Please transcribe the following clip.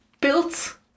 built